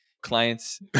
clients